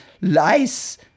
lies